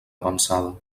avançada